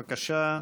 בבקשה,